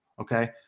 Okay